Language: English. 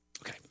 Okay